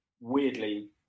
weirdly